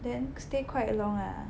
then stay quite long ah